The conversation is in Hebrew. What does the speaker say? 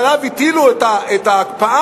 נוסף על כך,